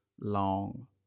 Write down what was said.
long